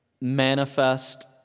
manifest